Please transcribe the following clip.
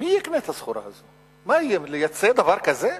מי יקנה את הסחורה הזו, מה, לייצא דבר כזה?